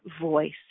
voice